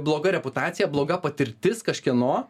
bloga reputacija bloga patirtis kažkieno